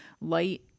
light